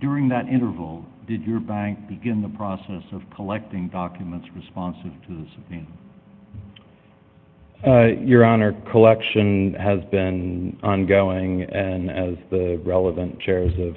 during that interval did your bank begin the process of collecting documents responsive to your honor collection has been ongoing and as the relevant chairs of